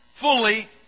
fully